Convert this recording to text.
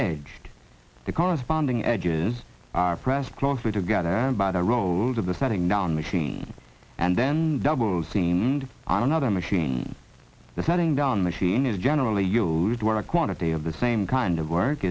the corresponding edges are pressed closely together by the rolls of the setting down machine and then doubles team on another machine the setting down machine is generally used where a quantity of the same kind of work